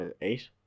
eight